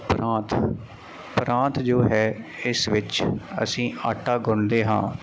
ਪ੍ਰਾਂਤ ਪ੍ਰਾਂਤ ਜੋ ਹੈ ਇਸ ਵਿੱਚ ਅਸੀਂ ਆਟਾ ਗੁੰਨਦੇ ਹਾਂ